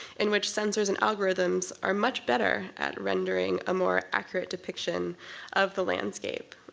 in which sensors and algorithms are much better at rendering a more accurate depiction of the landscape.